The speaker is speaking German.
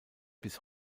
bis